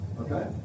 Okay